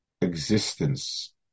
existence